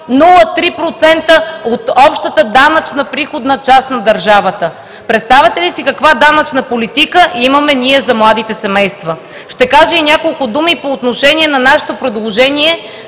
0,03% от общата данъчна приходна част на държавата. Представяте ли си каква данъчна политика имаме ние за младите семейства?! Ще кажа и няколко думи по отношение на нашето предложение